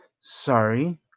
Sorry